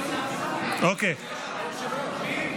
אדוני היושב-ראש,